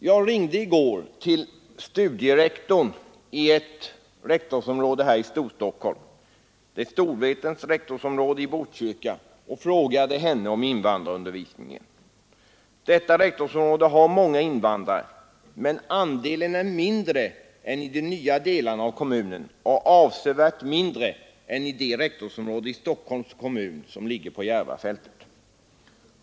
Jag ringde i går till studierektorn i ett rektorsområde här i Storstockholm — Storvretens rektorsområde i Botkyrka — och frågade henne om invandrarundervisningen. Detta rektorsområde har många invandrare, men andelen är mindre än i de nya delarna av kommunen och avsevärt mindre än i det rektorsområde i Stockholms kommun som ligger på Järvafältet.